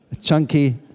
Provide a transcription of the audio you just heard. chunky